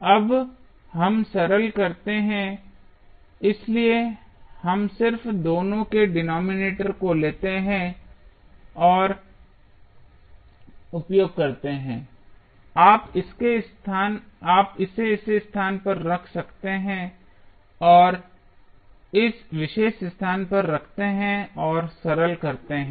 अब हम सरल करते हैं इसलिए हम सिर्फ दोनों के डिनोमिनेटर को लेते हैं और उपयोग करते हैं आप इसे इस स्थान पर रखते हैं और इस विशेष स्थान पर रखते हैं और सरल करते हैं